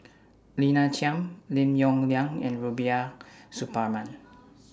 Lina Chiam Lim Yong Liang and Rubiah Suparman